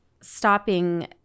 stopping